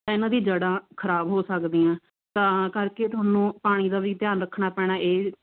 ਤਾਂ ਇਹਨਾਂ ਦੀਆਂ ਜੜਾਂ ਖਰਾਬ ਹੋ ਸਕਦੀਆਂ ਤਾਂ ਕਰਕੇ ਤੁਹਾਨੂੰ ਪਾਣੀ ਦਾ ਵੀ ਧਿਆਨ ਰੱਖਣਾ ਪੈਣਾ ਇਹ